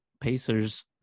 pacers